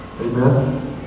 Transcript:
Amen